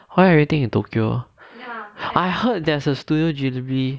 why everything in tokyo I heard there is a studio ghibli